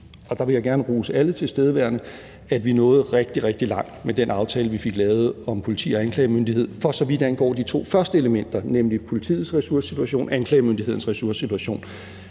og der vil jeg gerne rose alle tilstedeværende – at vi nåede rigtig, rigtig langt med den aftale, vi fik lavet, om politi og anklagemyndighed, for så vidt angår de to første elementer, nemlig politiets ressourcesituation og anklagemyndighedens ressourcesituation.